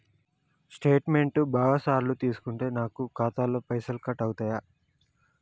Statement బాగా సార్లు తీసుకుంటే నాకు ఖాతాలో పైసలు కట్ అవుతయా?